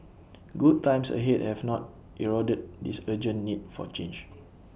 good times ahead have not eroded this urgent need for change